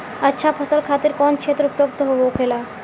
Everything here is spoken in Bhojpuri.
अच्छा फसल खातिर कौन क्षेत्र उपयुक्त होखेला?